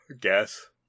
guess